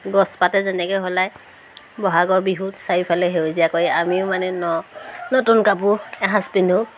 গছ পাতে যেনেকৈ সলায় বহাগৰ বিহুত চাৰিওফালে সেউজীয়া কৰি আমিও মানে ন নতুন কাপোৰ এসাঁজ পিন্ধোঁ